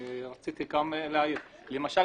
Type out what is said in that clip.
רציתי גם להעיר: למשל,